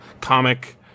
comic